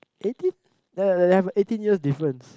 eighteen have a eighteen years difference